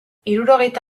hirurogeita